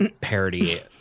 parody